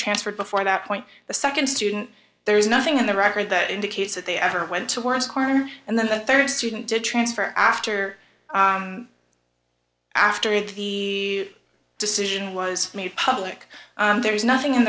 transferred before that point the second student there's nothing in the record that indicates that they ever went to work as coroner and then the third student did transfer after after the decision was made public there is nothing in